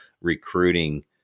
recruiting